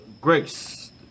Grace